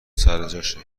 سرجاشه